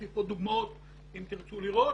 יש לי פה דוגמאות אם תרצו לראות.